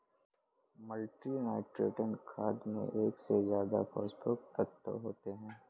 multinutrient खाद में एक से ज्यादा पोषक तत्त्व होते है